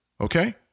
Okay